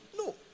No